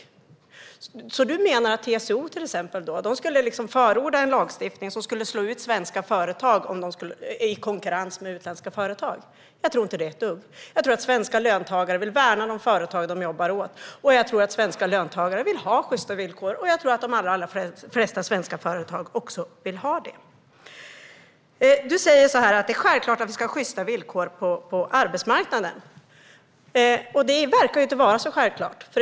Menar Ann-Charlotte Hammar Johnsson att till exempel TCO skulle förorda en lagstiftning som skulle slå ut svenska företag i konkurrens med utländska företag? Jag tror inte ett dugg på det. Jag tror att svenska löntagare vill värna de företag de jobbar åt, jag tror att svenska löntagare vill ha sjysta villkor och jag tror också att de allra flesta svenska företag vill ha det. Ann-Charlotte Hammar Johnsson säger att det är självklart att vi ska ha sjysta villkor på arbetsmarknaden. Men det verkar inte vara så självklart.